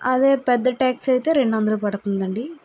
అదే పెద్ద టాక్సీ అయితే రెండు వందలు పడుతుంది అండి